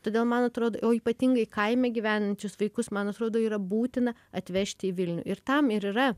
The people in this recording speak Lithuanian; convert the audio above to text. todėl man atrodo o ypatingai kaime gyvenančius vaikus man atrodo yra būtina atvežti į vilnių ir tam ir yra